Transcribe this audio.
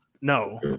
no